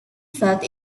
felt